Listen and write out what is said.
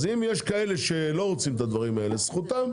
ואם יש כאלה שלא רוצים את הדבר הזה, זאת זכותם.